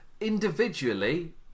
individually